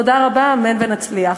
תודה רבה, אמן ונצליח.